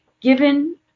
Given